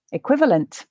equivalent